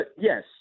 yes